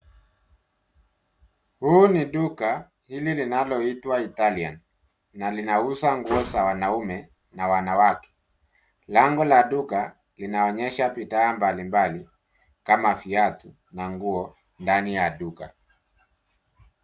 Huu ni duka hili linaloitwa Italian na linauza nguo za wanaume na wanawake. Lango la duka linaonyesha bidhaa mbalimbali, kama viatu na nguo ndani ya duka.